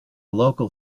local